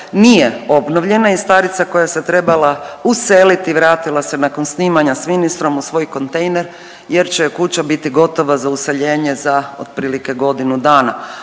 nije obnovljena i starica koja se trebala useliti vratila se nakon snimanja s ministrom u svoj kontejner jer će joj kuća biti gotova za useljenje za otprilike godinu dana